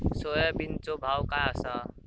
सोयाबीनचो भाव काय आसा?